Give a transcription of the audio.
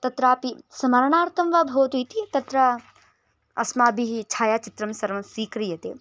तत्रापि स्मरणार्थं वा भवतु इति तत्र अस्माभिः छायाचित्रं सर्वं स्वीक्रीयते